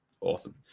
Awesome